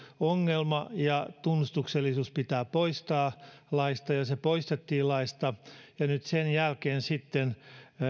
ongelma ja tunnustuksellisuus pitää poistaa laista ja se poistettiin laista nyt sen jälkeen sitten